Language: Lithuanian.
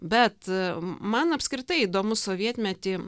bet man apskritai įdomu sovietmety